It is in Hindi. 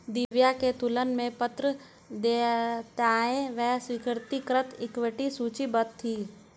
दिव्या के तुलन पत्र में देयताएं एवं स्वाधिकृत इक्विटी सूचीबद्ध थी